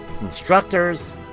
instructors